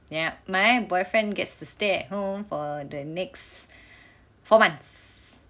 yup my boyfriend gets to stay at home for the next four months